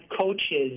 coaches